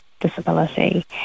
disability